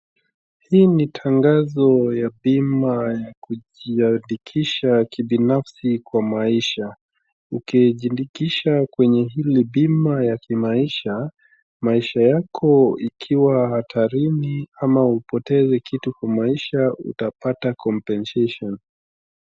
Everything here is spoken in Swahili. Hii ni tangazo ya bima ya kujiandikisha kibinafsi kwa maisha. Ukijiandikisha kwenye hili bima ya kimaisha maisha yako ikiwa hatarini ama upoteze kitu kwa maisha utapata compesition .